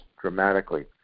dramatically